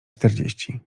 czterdzieści